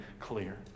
clear